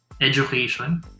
education